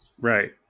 Right